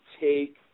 take